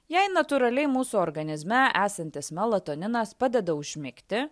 jei natūraliai mūsų organizme esantis melatoninas padeda užmigti